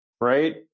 right